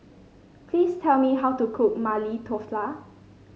please tell me how to cook Maili